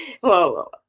whoa